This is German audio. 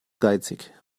geizig